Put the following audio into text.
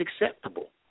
acceptable